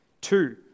Two